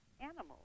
animals